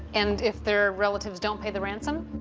and if their relatives don't pay the ransom?